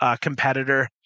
competitor